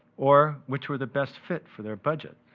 or which were the best fit for their budget,